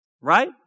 right